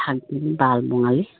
থাক বোলো বাল বঙালী